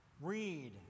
read